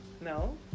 No